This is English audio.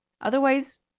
otherwise